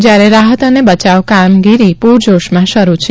જ્યારે રાહત અને બચાવ કામગીરી પુરજોશમાં શરૂ છે